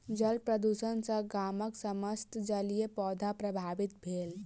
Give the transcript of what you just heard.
जल प्रदुषण सॅ गामक समस्त जलीय पौधा प्रभावित भेल